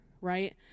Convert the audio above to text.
right